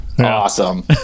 Awesome